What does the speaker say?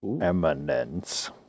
Eminence